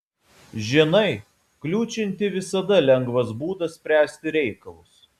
žinai kliūčinti visada lengvas būdas spręsti reikalus